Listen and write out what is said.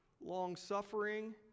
long-suffering